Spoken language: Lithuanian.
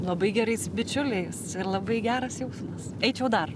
labai gerais bičiuliais ir labai geras jausmas eičiau dar